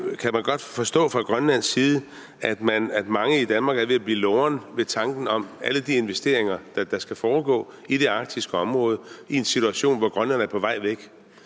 Kan man godt forstå fra grønlandsk side, at mange i Danmark er ved at blive lorne ved tanken om alle de investeringer, der skal foregå i det arktiske område i en situation, hvor Grønland er på vej væk?